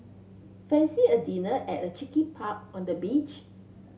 fancy a dinner at a cheeky pub on the beach